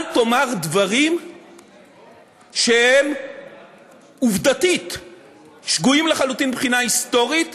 אל תאמר דברים שהם עובדתית שגויים לחלוטין מבחינה היסטורית,